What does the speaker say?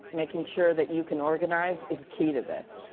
making sure that you can organize is key to this.